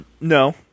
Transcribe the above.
No